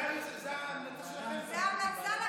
זו ההמלצה של, זה המלצה לכלכלה,